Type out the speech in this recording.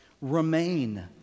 Remain